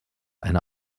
eine